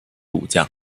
武将